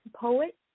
poet